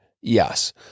Yes